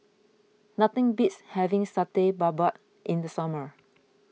nothing beats having Satay Babat in the summer